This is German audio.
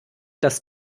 das